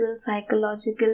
psychological